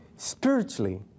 spiritually